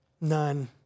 None